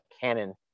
canon